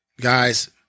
Guys